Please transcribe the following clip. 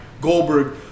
Goldberg